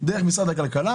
דרך משרד הכלכלה,